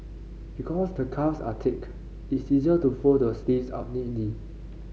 because the cuffs are thick it's easier to fold the sleeves up